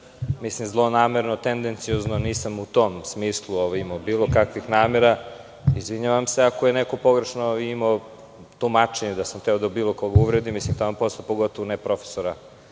ispalo zlonamerno, tendenciozno. Nisam u tom smislu imao bilo kakvih namera. Izvinjavam se ako je neko pogrešno imao tumačenje, da sam hteo bilo koga da uvredim, taman posla, pogotovo ne profesora